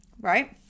right